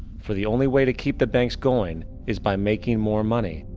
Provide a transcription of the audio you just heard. for the only way to keep the banks going is by making more money.